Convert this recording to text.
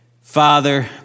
Father